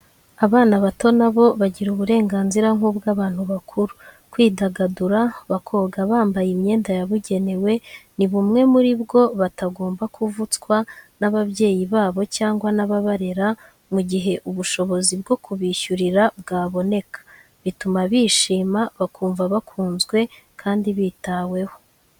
Abana bato na bo bagira uburenganzira nk'ubw'abantu bakuru, kwidagadura, bakoga bambaye imyenda yabugenewe, ni bumwe muri bwo batagomba kuvutswa n'ababyeyi babo cyangwa ababarera mu gihe ubushobozi bwo kubishyurira bwaboneka: bituma bishima, bakumva bakunzwe kandi bitaweho,